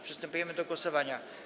Przystępujemy do głosowania.